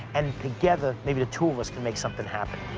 and together maybe the two of us can make something happen.